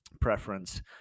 preference